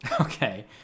Okay